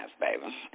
baby